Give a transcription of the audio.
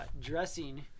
dressing